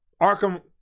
Arkham